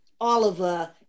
Oliver